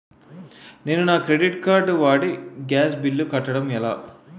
నేను నా credit card వాడి గ్యాస్ బిల్లు కట్టడం ఎలా?